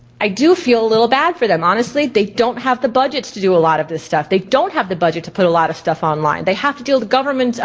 i do feel a little bad for them, honestly they don't have the budgets to do a lot of this stuff. they don't have the budget to put a lot of stuff online. they have to deal with the government's